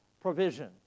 provision